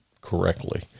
correctly